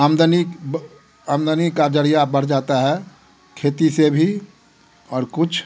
आमदनी आमदनी का ज़रिया बढ़ जाता है खेती से भी और कुछ